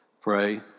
Pray